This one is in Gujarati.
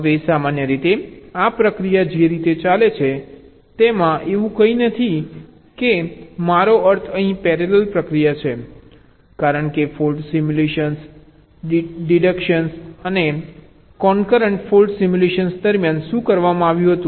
હવે સામાન્ય રીતે આ પ્રક્રિયા જે રીતે ચાલે છે તેમાં એવું કંઈ નથી કે મારો અર્થ અહીં પેરેલલ પ્રક્રિયા છે કારણ કે ફોલ્ટ સિમ્યુલેશન ડિડક્ટિવ અને કન્કરન્ટ ફોલ્ટ સિમ્યુલેશન દરમિયાન શું કરવામાં આવ્યું હતું